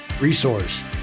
resource